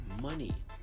money